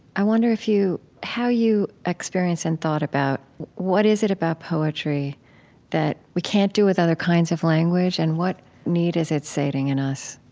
i wonder if you how you experienced and thought about what is it about poetry that we can't do with other kinds of language and what need is it sating in us?